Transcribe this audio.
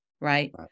Right